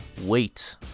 wait